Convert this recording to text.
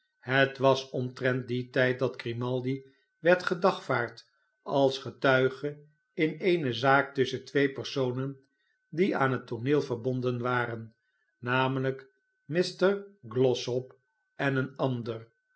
het was omtrent dien tijd dat grimaldi werd gedagvaard als getuige in eene zaak tusschen twee personen die aan het tooneel verbonden waren namelijk mr glossop en een ander